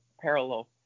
parallel